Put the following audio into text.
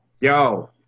Yo